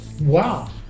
wow